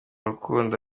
rukundo